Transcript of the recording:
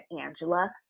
Angela